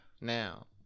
Now